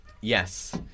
Yes